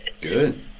Good